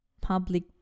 Public